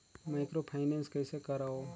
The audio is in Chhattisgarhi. माइक्रोफाइनेंस कइसे करव?